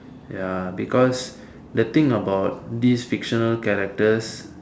ya because the thing about these fictional characters